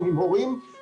זה בסוף.